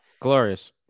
Glorious